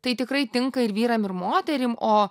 tai tikrai tinka ir vyram ir moterim o